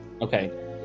Okay